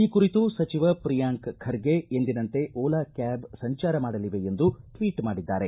ಈ ಕುರಿತು ಸಚಿವ ಪ್ರಿಯಾಂಕ ಖರ್ಗೆ ಎಂದಿನಂತೆ ಓಲಾ ಕ್ಯಾಬ್ ಸಂಚಾರ ಮಾಡಲಿವೆ ಎಂದು ಟ್ವೀಟ್ ಮಾಡಿದ್ದಾರೆ